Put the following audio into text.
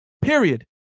Period